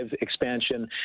expansion